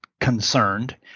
concerned